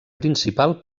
principal